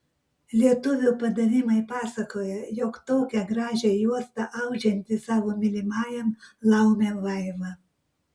lietuvių padavimai pasakoja jog tokią gražią juostą audžianti savo mylimajam laumė vaiva